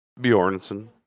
Bjornsson